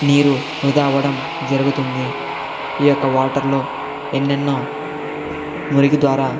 నీరు వృధా అవ్వడం జరుగుతుంది ఈ యొక్క వాటర్లో ఎన్నెన్నో మురికి ద్వారా